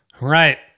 Right